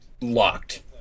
locked